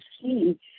see